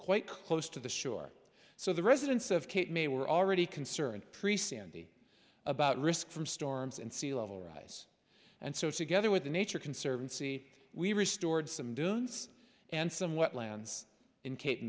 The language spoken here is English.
quite close to the shore so the residents of cape may were already concerned pre standard about risk from storms and sea level rise and so together with the nature conservancy we restored some dunes and some wetlands in cape